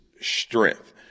strength